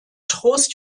trost